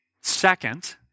Second